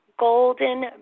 golden